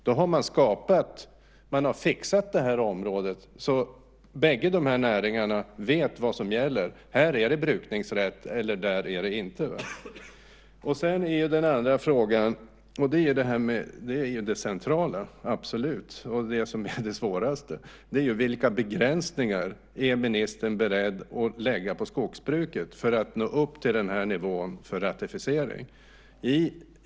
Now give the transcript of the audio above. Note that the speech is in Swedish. Då har man fixat det här området så att bägge de här näringarna vet vad som gäller: Här är det brukningsrätt, och där är det inte det. Den andra frågan gäller det som absolut är det centrala, och det som är det svåraste, nämligen: Vilka begränsningar är ministern beredd att lägga på skogsbruket för att nå upp till den här nivån för ratificering?